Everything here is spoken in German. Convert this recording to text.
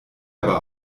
aber